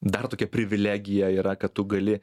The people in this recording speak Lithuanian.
dar tokia privilegija yra kad tu gali